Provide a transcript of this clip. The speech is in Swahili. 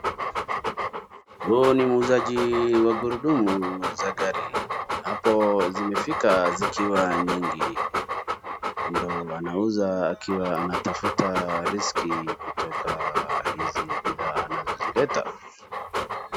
Huu ni uuzaji wa gurudumu za gari . Hapo zimefika zikiwa nyingi. Mwenye anauza anatafuta riziki kutoka hizi bidhaa anazozileta.